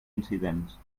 incidents